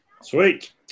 Sweet